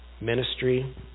Ministry